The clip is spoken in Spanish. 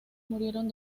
murieron